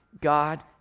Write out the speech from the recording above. God